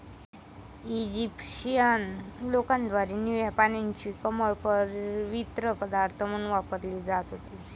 Egyptian लोकांद्वारे निळ्या पाण्याची कमळ पवित्र पदार्थ म्हणून वापरली जात होती